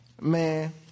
Man